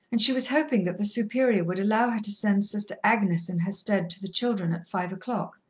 and she was hoping that the superior would allow her to send sister agnes in her stead to the children at five o'clock.